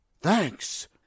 Thanks